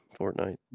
Fortnite